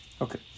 Okay